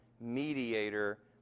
mediator